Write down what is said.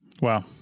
Wow